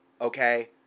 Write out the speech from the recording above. okay